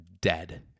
dead